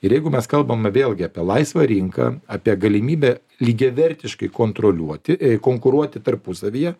ir jeigu mes kalbame vėlgi apie laisvą rinką apie galimybę lygiavertiškai kontroliuoti konkuruoti tarpusavyje